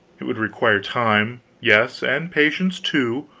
it would require time, yes, and patience, too,